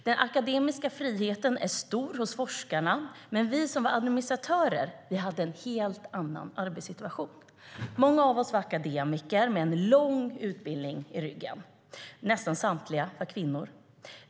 Den akademiska friheten är stor hos forskarna, men vi som var administratörer hade en helt annan arbetssituation. Många av oss var akademiker med en lång utbildning i ryggen. Nästan samtliga var kvinnor.